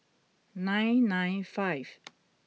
nine nine five